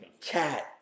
Cat